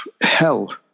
hell